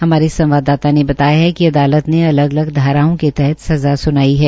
हमारी संवाददाता ने बताया कि अदालत ने अलग अलग धाराओं के तहत सज़ा सुनाई है